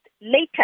later